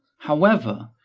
however,